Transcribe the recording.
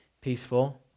peaceful